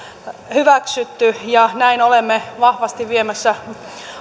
hyväksytty ja näin olemme vahvasti viemässä